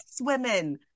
women